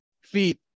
feet